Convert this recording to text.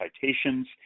citations